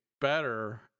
better